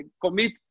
Commit